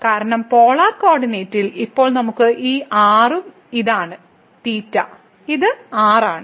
കാരണം പോളാർ കോർഡിനേറ്റിൽ ഇപ്പോൾ നമുക്ക് ഈ r ഉം ഇതാണ് തീറ്റ ഇത് r ആണ്